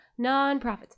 nonprofits